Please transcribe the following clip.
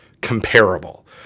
comparable